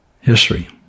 history